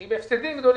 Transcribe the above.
כשהיא בהפסדים גדולים,